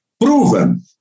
proven